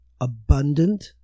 abundant